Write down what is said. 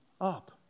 up